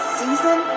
season